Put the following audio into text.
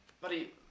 buddy